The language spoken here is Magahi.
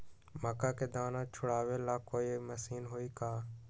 मक्का के दाना छुराबे ला कोई मशीन हई का?